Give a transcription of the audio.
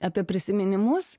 apie prisiminimus